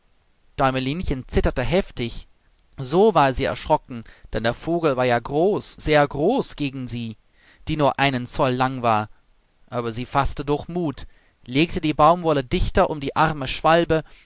däumelinchen zitterte heftig so war sie erschrocken denn der vogel war ja groß sehr groß gegen sie die nur einen zoll lang war aber sie faßte doch mut legte die baumwolle dichter um die arme schwalbe